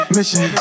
Mission